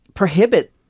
prohibit